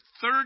third